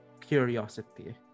curiosity